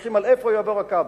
מתווכחים על איפה יעבור הקו,